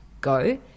go